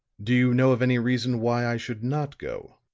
do you know of any reason why i should not go?